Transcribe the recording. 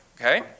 okay